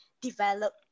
develop